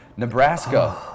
Nebraska